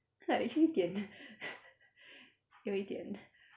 like 有一点 有一点